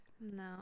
No